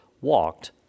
walked